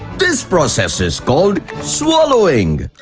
this process is called swallowing.